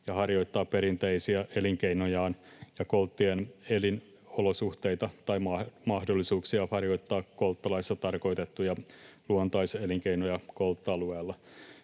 ja harjoittaa perinteisiä elinkeinojaan ja kolttien elinolosuhteita tai mahdollisuuksia harjoittaa kolttalaissa tarkoitettuja luontaiselinkeinoja koltta-alueella.